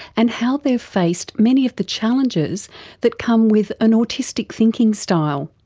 and how they've faced many of the challenges that come with an autistic thinking style,